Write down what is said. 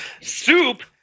Soup